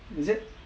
is it